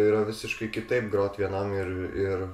yra visiškai kitaip grot vienam ir ir